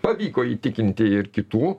pavyko įtikinti ir kitų